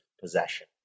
possession